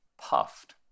puffed